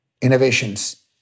innovations